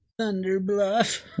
Thunderbluff